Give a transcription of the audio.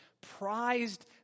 prized